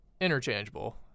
interchangeable